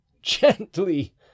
Gently